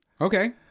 Okay